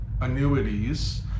annuities